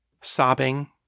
Sobbing